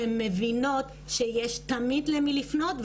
שהן מבינות שיש תמיד למי לפנות,